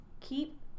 keep